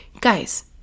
guys